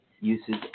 uses